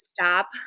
stop